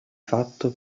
fatto